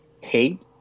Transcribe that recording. hate